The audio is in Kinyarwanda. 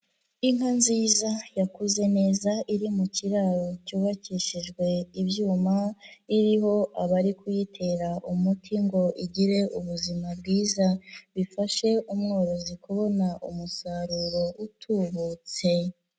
Inka nziza yakuze neza iri mu kiraro cyubakishijwe ibyuma. Iriho abari kuyitera umuti kugira ngo igire ubuzima bwiza. Bifashe umworozi kubona umusaruro utubutse.